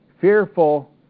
fearful